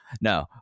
no